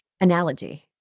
Analogy